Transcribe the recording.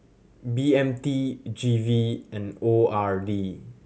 B M T G V and O R D